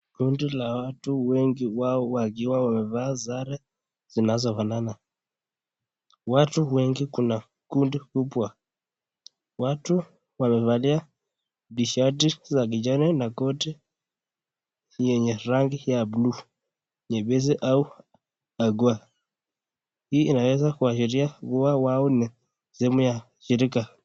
Kundi la watu wengi wao wakiwa wamevaa sare zinazofanana. Watu wengi kuna kundi kubwa. Watu wamevalia tishati za vijani na koti yenye rangi ya buluu nyepesi au (cs) kagwa (cs) .Hii inaweza kuashiria kuwa wao ni swhemu ya shirika.